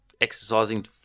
exercising